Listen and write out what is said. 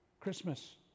Christmas